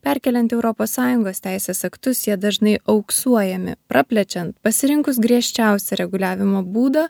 perkeliant europos sąjungos teisės aktus jie dažnai auksuojami praplečiant pasirinkus griežčiausią reguliavimo būdą